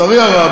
לצערי הרב,